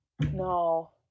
No